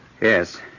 Yes